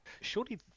surely